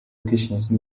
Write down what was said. ubwishingizi